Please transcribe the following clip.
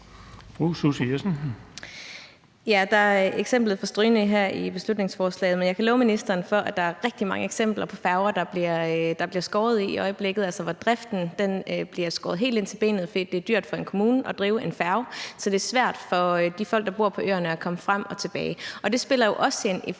der bliver nævnt her i beslutningsforslaget, men jeg kan love ministeren for, at der er rigtig mange eksempler på, at der bliver skåret ned på færger i øjeblikket, altså at driften bliver skåret helt ind til benet, fordi det er dyrt for en kommune at drive en færge, og derfor er det svært for de folk, der bor på øerne, at komme frem og tilbage. Det spiller jo også ind i forhold